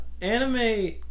anime